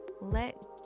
Let